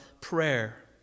prayer